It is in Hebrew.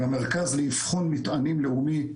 עם המרכז לאבחון מטענים לאומי,